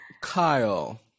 Kyle